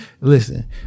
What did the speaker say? listen